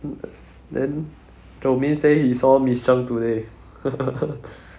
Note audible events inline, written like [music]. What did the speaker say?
then jomin say he saw miss cheng today [laughs]